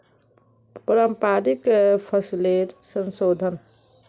पारंपरिक फसलेर संशोधन